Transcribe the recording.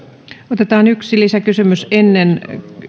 otetaan yksi lisäkysymys ennen